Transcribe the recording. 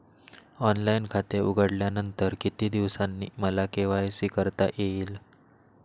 Online खाते उघडल्यानंतर किती दिवसांनी मला के.वाय.सी करता येईल?